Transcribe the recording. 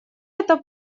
это